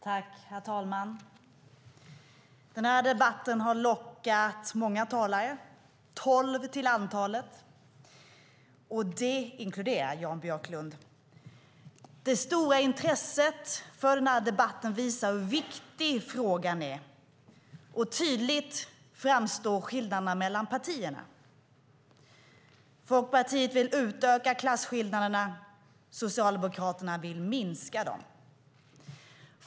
Herr talman! Denna debatt har lockat många talare - tolv till antalet, och det inkluderar Jan Björklund. Det stora intresset för debatten visar hur viktig frågan är, och skillnaderna mellan partierna framstår tydligt. Folkpartiet vill utöka klasskillnaderna; Socialdemokraterna vill minska dem.